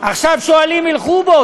עכשיו שועלים ילכו בו,